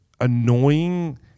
annoying